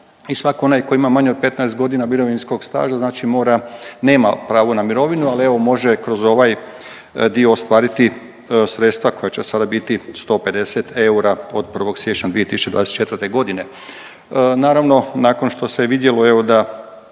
i svak onaj koji ima manje od 15.g. mirovinskog staža znači mora, nema pravo na mirovinu, ali evo može kroz ovaj dio ostvariti sredstva koja će sada biti 150 eura od 1. siječnja 2024.g.. Naravno nakon što se je vidjelo evo da